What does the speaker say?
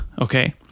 okay